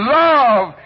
love